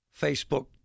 Facebook